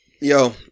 Yo